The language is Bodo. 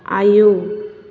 आयौ